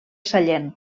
sallent